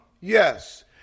yes